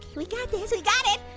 we got this, we got it,